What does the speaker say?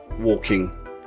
walking